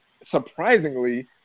surprisingly